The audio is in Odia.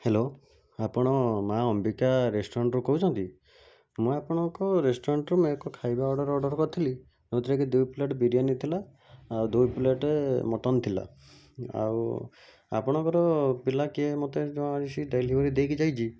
ହ୍ୟାଲୋ ଆପଣ ମା' ଅମ୍ବିକା ରେଷ୍ଟୁରାଣ୍ଟରୁ କହୁଛନ୍ତି ମୁଁ ଆପଣଙ୍କ ରେଷ୍ଟୁରାଣ୍ଟରୁ ଏକ ଖାଇବା ଅର୍ଡ଼ର ଅର୍ଡ଼ର କରିଥିଲି ଯେଉଁଥିରେକି ଦୁଇ ପ୍ଲେଟ୍ ବିରିୟାନୀ ଥିଲା ଆଉ ଦୁଇ ପ୍ଲେଟ୍ ମଟନ ଥିଲା ଆଉ ଆପଣଙ୍କର ପିଲା କିଏ ମୋତେ ଡେଲିଭରି ଦେଇଛି ଯାଇଛି